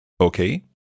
Okay